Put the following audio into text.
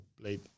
played